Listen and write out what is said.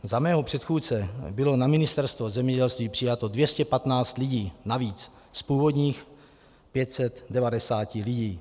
Za mého předchůdce bylo na Ministerstvo zemědělství přijato 215 lidí navíc z původních 590 lidí.